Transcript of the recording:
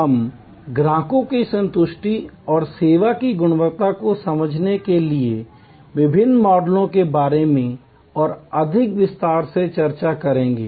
हम ग्राहकों की संतुष्टि और सेवा की गुणवत्ता को समझने के लिए विभिन्न मॉडलों के बारे में और अधिक विस्तार से चर्चा करेंगे